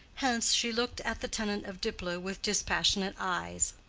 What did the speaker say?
hence she looked at the tenant of diplow with dispassionate eyes.